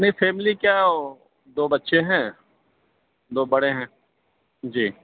نہیں فیملی کیا دو بچے ہیں دو بڑے ہیں جی